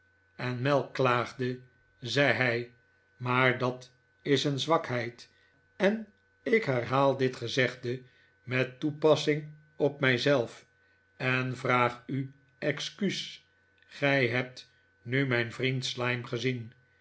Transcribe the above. water en melk klaagde zei hij maar dat is een zwakheid en ik herhaal dit gezegde met toepassing op mij zelf en vraag u excuus gij hebt nu mijn vriend slyme gezien